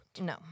No